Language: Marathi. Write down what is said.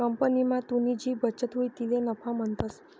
कंपनीमा तुनी जी बचत हुई तिले नफा म्हणतंस